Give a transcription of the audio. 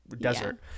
desert